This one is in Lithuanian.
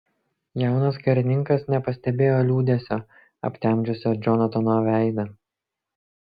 jaunas karininkas nepastebėjo liūdesio aptemdžiusio džonatano veidą